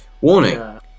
warning